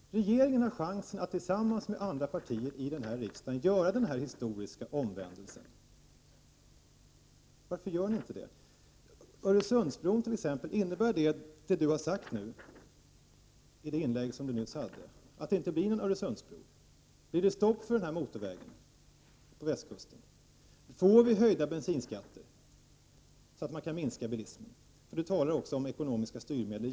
Regeringen har chansen att tillsammans med andra partier i den här riksdagen åstadkomma denna historiska omvändelse. Varför gör inte regeringen det? Innebär det inlägg som statsrådet nyss hade att det inte blir någon Öresundsbro? Blir det stopp för motorvägen på västkusten? Får vi höjda bensinskatter, så att bilismen kan minskas? Statsrådet talar också om ekonomiska styrmedel.